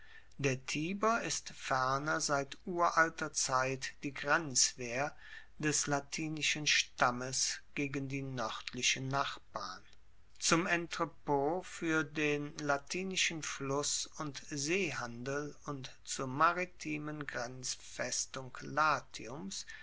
der tiber ist ferner seit uralter zeit die grenzwehr des latinischen stammes gegen die noerdlichen nachbarn zum entrept fuer den latinischen fluss und seehandel und zur maritimen grenzfestung latiums